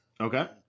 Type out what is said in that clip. Okay